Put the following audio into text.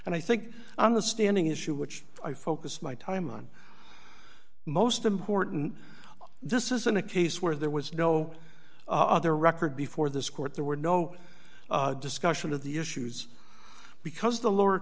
and i think on the standing issue which i focus my time on most important this isn't a case where there was no other record before this court there were no discussion of the issues because the lower